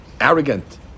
arrogant